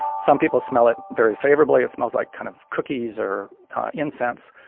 some people smell it very favorably. it smells like kind of cookies or incense.